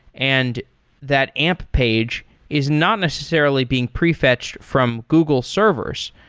and that amp page is not necessarily being pre-fetched from google servers.